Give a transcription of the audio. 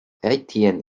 etienne